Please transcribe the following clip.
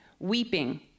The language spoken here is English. Weeping